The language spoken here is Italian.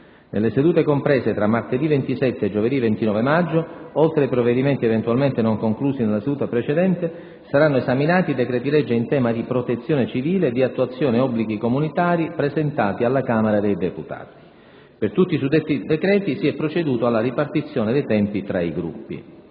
nelle sedute comprese tra martedì 27 e giovedì 29 maggio, oltre ai provvedimenti eventualmente non conclusi nella settimana precedente, saranno esaminati i decreti-legge in tema di protezione civile e di attuazione obblighi comunitari, presentati alla Camera dei deputati. Per tutti i suddetti decreti si è proceduto alla ripartizione dei tempi tra i Gruppi.